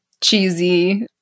cheesy